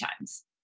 times